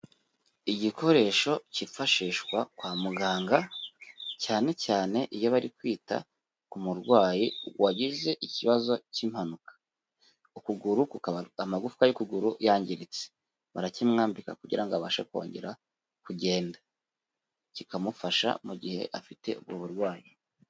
Igikoresho kifashishwa kwa muganga cyane cyane iyo bari kwita ku murwayi wagize ikibazo cy'impanuka ukuguru kukaba amagufwa y'ukuguru yangiritse, barakimwambika kugira ngo abashe kongera kugenda kikamufasha mu gihe afite ubwo burwayi.